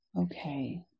Okay